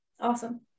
Awesome